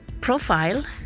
profile